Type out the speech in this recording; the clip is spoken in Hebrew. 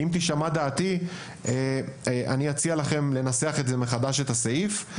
אם תישמע דעתי אני אציע לנסח מחדש את הסעיף.